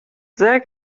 sehr